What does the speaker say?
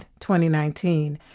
2019